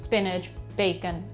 spinach, bacon,